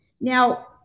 now